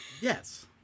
Yes